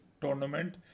tournament